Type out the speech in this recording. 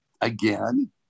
again